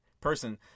person